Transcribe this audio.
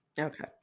Okay